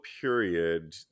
period